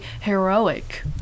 heroic